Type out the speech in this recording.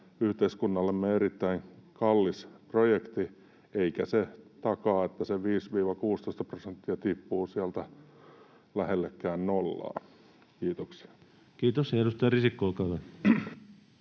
yhteiskunnallemme erittäin kallis projekti, eikä se takaa, että se 15—16 prosenttia tippuu sieltä lähellekään nollaa. — Kiitoksia. [Speech 99] Speaker: Ensimmäinen